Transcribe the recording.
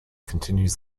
continues